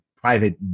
private